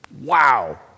Wow